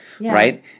right